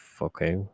okay